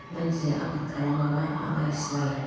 मानसि आबार खालामाबा आलाय सिलाय